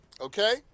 okay